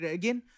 again